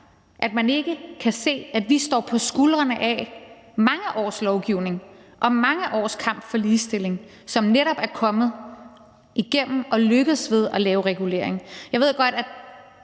at man ikke kan se, at vi står på skuldrene af mange års lovgivning og mange års kamp for ligestilling, som netop er kommet ved at lykkes med at lave regulering. Jeg ved godt, at